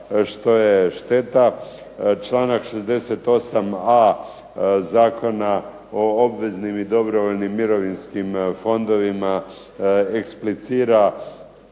što je šteta. Članak 68.a Zakona o obveznim i dobrovoljnim mirovinskim fondovima eksplicira